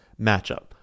matchup